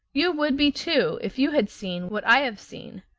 you would be, too, if you had seen what i have seen.